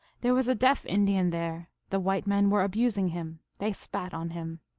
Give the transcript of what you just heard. there was a deaf indian there. the white men were abusing him. they spat on him.